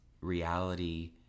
reality